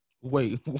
Wait